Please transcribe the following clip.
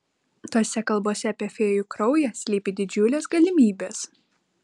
tose kalbose apie fėjų kraują slypi didžiulės galimybės